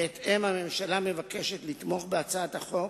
בהתאם, הממשלה מבקשת לתמוך בהצעת החוק,